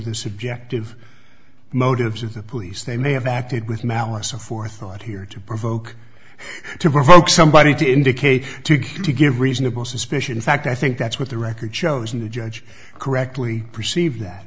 the subjective motives of the police they may have acted with malice of forethought here to provoke to provoke somebody did indicate to give reasonable suspicion in fact i think that's what the record shows and the judge correctly perceive that